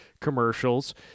commercials